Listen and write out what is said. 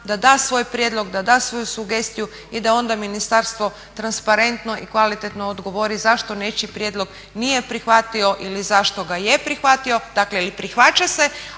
da da svoj prijedlog, da da svoju sugestiju i da onda ministarstvo transparentno i kvalitetno odgovori zašto nečiji prijedlog nije prihvatio ili zašto ga je prihvatio, dakle ili prihvaća se.